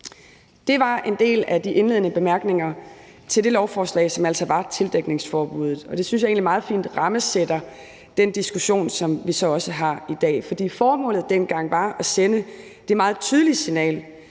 Det var en del af de indledende bemærkninger til det lovforslag, som altså var om tildækningsforbuddet, og det synes jeg egentlig meget fint rammesætter den diskussion, som vi så også har i dag. For formålet dengang var at sende det meget tydelige signal,